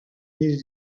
needed